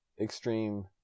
extreme